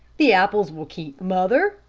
the apples will keep, mother,